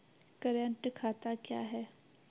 Current खाता क्या हैं?